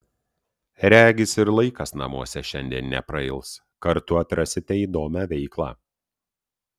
regis ir laikas namuose šiandien neprailgs kartu atrasite įdomią veiklą